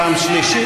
פעם שלישית.